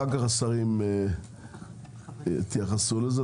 אחר כך השרים יתייחסו לזה.